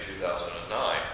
2009